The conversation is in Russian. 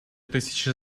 тысячи